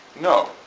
No